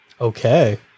Okay